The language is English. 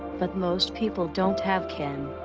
but most people don't have ken.